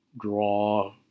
draw